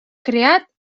creat